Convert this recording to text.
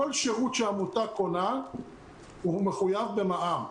כל שירות שעמותה קונה מחויב במע"מ.